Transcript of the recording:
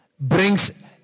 brings